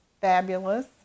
fabulous